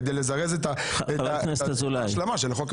כדי לזרז את ההשלמה של החוק.